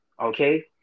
okay